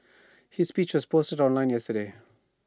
his speech was posted online yesterday